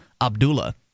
Abdullah